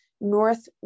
north